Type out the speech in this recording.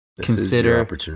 consider